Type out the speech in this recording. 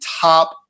top